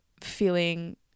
feeling